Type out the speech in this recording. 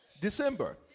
December